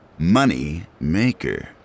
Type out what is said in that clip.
Moneymaker